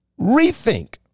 Rethink